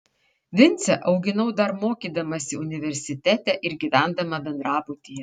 vincę auginau dar mokydamasi universitete ir gyvendama bendrabutyje